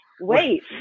Wait